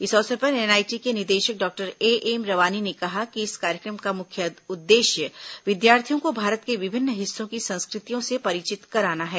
इस अवसर पर एनआईटी के निदेशक डॉक्टर एएम रवानी ने कहा कि इस कार्यक्रम का मुख्य उद्देश्य विद्यार्थियों को भारत के विभिन्न हिस्सों की संस्कृतियों से परिचित कराना है